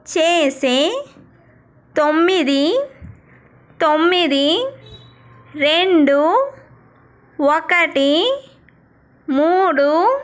చేసే తొమ్మిది తొమ్మిది రెండు ఒకటి మూడు